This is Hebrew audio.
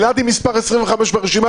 אלעד היא מספר 25 ברשימה,